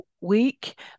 week